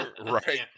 right